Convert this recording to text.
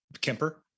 Kemper